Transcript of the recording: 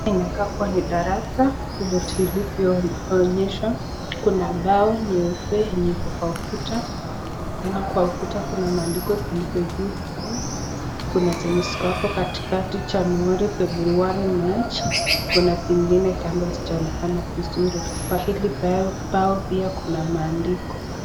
Hapa inakaa kuwa ni darasa vile tulivyoonyeshwa, kuna ubao nyeupe yenye iko kwa ukuta, tena kwa ukuta kuna maandiko zilizo juu sana, kuna zenye ziko hapo katikati, januari, februari, mach. Kuna zingine kando hazijaonekana vizuri, kwa hili bao pia kuna maandiko.